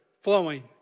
flowing